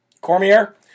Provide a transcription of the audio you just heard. Cormier